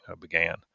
began